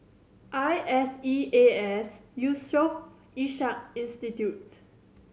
I S E A S Yusof Ishak Institute